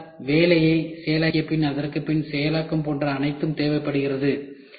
ஏனென்றால் வேலையை செயலாக்கியபின் அதற்கு பின் செயலாக்கம் போன்ற அனைத்தும் தேவைப்படுகிறது